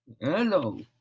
hello